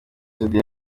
soudy